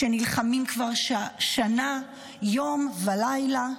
שנלחמים כבר שנה יום ולילה,